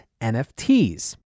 NFTs